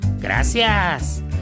Gracias